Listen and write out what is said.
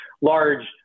large